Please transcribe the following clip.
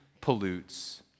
pollutes